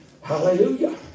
Hallelujah